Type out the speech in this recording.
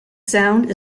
sound